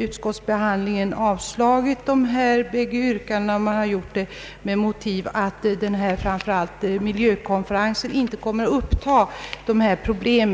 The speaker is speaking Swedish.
Utskottet har avslagit båda yrkandena och har gjort det framför allt med den motiveringen att miljökonferensen inte kommer att ta upp dessa problem.